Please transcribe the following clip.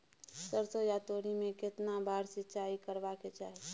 सरसो या तोरी में केतना बार सिंचाई करबा के चाही?